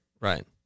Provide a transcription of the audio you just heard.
right